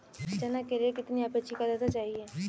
चना के लिए कितनी आपेक्षिक आद्रता चाहिए?